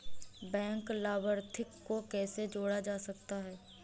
Bank लाभार्थी को कैसे जोड़ा जा सकता है?